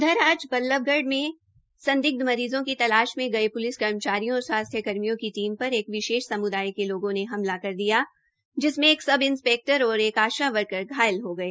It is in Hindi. उधर आज बल्लबगढ़ में संदिग्ध मरीज़ों की तलाश में गये पूलिस कर्मचारियों और स्वास्थ्य कर्मियों की टीम पर एक विशेष सम्दाय के लोगों ने हमला कर दिया जिसमें एक सब इस्पैक्टर और एक आशा वर्कर घायल हो गई